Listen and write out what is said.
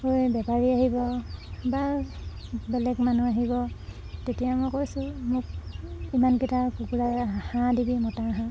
বেপাৰী আহিব বা বেলেগ মানুহ আহিব তেতিয়া মই কৈছোঁ মোক ইমানকেইটা কুকুৰা হাঁহ দিবি মতা হাঁহ